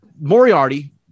moriarty